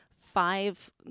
five